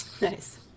Nice